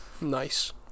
Nice